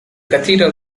cathedral